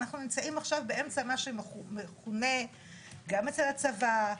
אנחנו נמצאים עכשיו באמצע מה שמכונה גם אצל הצבא,